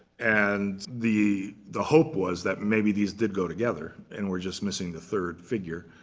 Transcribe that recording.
and the the hope was that maybe these did go together, and we're just missing the third figure.